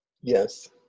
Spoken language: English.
yes